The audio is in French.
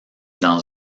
dans